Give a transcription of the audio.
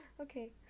okay